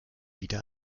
wieder